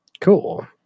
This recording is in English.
Cool